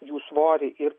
jų svorį ir